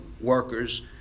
workers